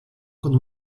con